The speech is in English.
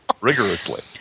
rigorously